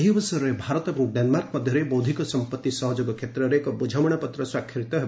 ଏହି ଅବସରରେ ଭାରତ ଏବଂ ଡେନମାର୍କ ମଧ୍ୟରେ ବୌଦ୍ଧିକ ସମ୍ପତ୍ତି ସହଯୋଗ କ୍ଷେତ୍ରରେ ଏକ ବୃଝାମଣାପତ୍ ମଧ୍ୟ ସ୍ୱାକ୍ଷରିତ ହେବ